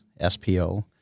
SPO